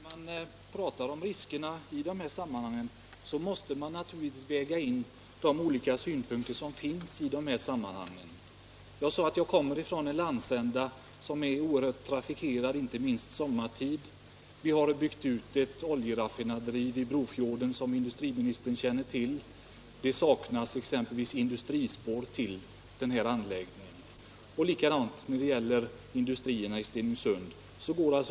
Herr talman! När man i sådana här sammanhang talar om riskerna måste man naturligtvis väga in de olika synpunkter som finns. Jag sade att jag kommer från en landsända som är oerhört starkt trafikerad, inte minst sommartid. Vi har, som industriministern vet, byggt ut ett oljeraffinaderi vid Brofjorden, men det saknas industrispår till den anläggningen. Detsamma gäller industrierna i Stenungsund.